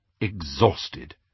exhausted